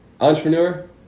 entrepreneur